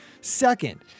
Second